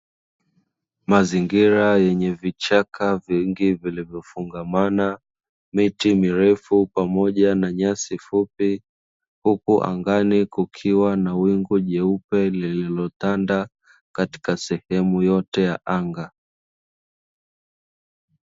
Mazingira yenye vichaka vingi vilivyofungamana, miti mirefu pamoja na nyasi fupi, huku angani kukiwa na wingu jeupe lililotanda katika sehemu yote ya anga.